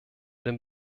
dem